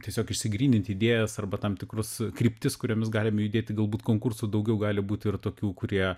tiesiog išsigrynint idėjas arba tam tikrus kryptis kuriomis galime judėti galbūt konkursų daugiau gali būti ir tokių kurie